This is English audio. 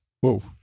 Whoa